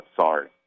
sorry